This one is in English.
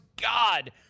God